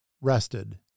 rested